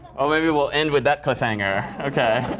well, maybe we'll end with that cliffhanger. ok.